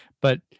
but-